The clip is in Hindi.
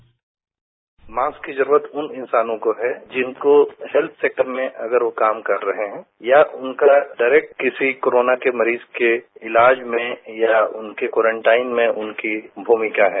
साउंड बाईट मास्क की जरूरत उन इंसानों को है जिनको हेल्थ सेक्टर में अगर वो काम कर रहे हैं या उनका डायरेक्ट किसी कोरोना के मरीज के इलाज में या उनके क्वारंटाइन में उनकी भूमिका है